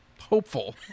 hopeful